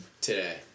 Today